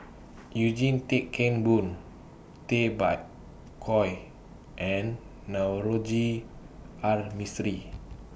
Eugene Tan Kheng Boon Tay Bak Koi and Navroji R Mistri